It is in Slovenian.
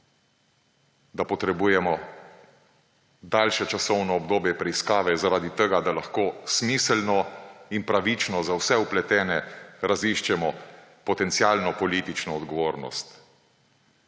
da potrebujemo daljše časovno obdobje preiskave zaradi tega, da lahko smiselno in pravično za vse vpletene raziščemo potencialno politično odgovornost.